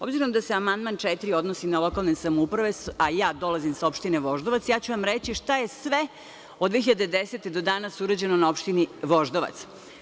Obzirom da se amandman 4. odnosi na lokalne samouprave, a ja dolazim sa opštine Voždovac, ja ću vam reći šta je sve od 2010. godine do danas urađeno na opštini Voždovac.